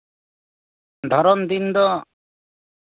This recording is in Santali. ᱫᱷᱚᱨᱚᱱ ᱫᱤᱱ ᱫᱚ